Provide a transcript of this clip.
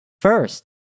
First